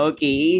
Okay